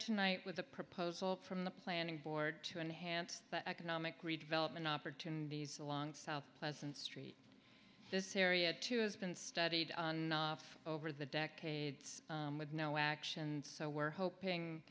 tonight with a proposal from the planning board to enhance economic redevelopment opportunities along south pleasant street this area too has been studied on over the decades with no action and so we're hoping